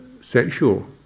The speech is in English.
sexual